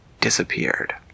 disappeared